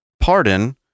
pardon